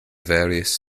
various